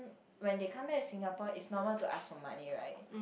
when they come back to Singapore its normal to ask for money right